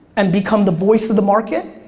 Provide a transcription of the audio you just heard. and become the voice of the market,